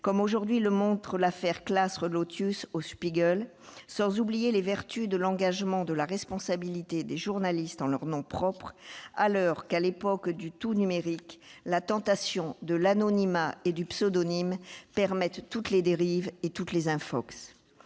montre aujourd'hui l'affaire Claas Relotius au, sans oublier les vertus de l'engagement de la responsabilité des journalistes en leur nom propre, alors que, à l'heure du tout numérique, la tentation de l'anonymat et du pseudonyme permet toutes les dérives et toutes les infox.